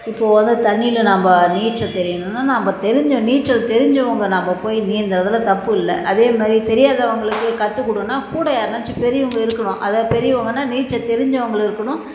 இப்போது வந்து தண்ணியில் நம்ம நீச்சல் தெரியணுன்னால் நம்ம தெரிஞ்ச நீச்சல் தெரிஞ்சவங்க நம்ம போய் நீந்தறதில் தப்பு இல்ல அதேமாரி தெரியாதவங்களுக்கு கற்று கொடுன்னா கூட யாருன்னாச்சும் பெரியவங்க இருக்கணும் அதாவது பெரியவங்கன்னால் நீச்சல் தெரிஞ்சவங்களும் இருக்கணும்